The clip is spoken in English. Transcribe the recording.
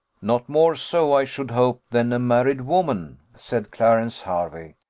not more so i should hope, than a married woman, said clarence harvey.